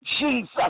Jesus